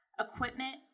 equipment